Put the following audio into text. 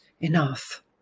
enough